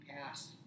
passed